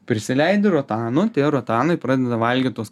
prisileidi rotanų tie rotanai pradeda valgyt tuos